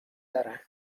دارم